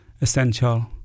essential